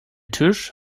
tisch